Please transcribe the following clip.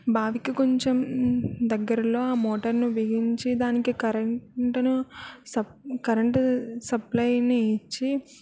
బావికి కొంచెం దగ్గరలో ఆ మోటార్ను బిగించి దానికి కరెంట్ను స కరెంట్ సప్లైని ఇచ్చి